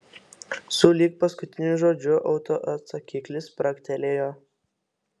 sulig paskutiniu žodžiu autoatsakiklis spragtelėjo